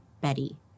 Betty